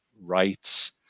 rights